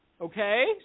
Okay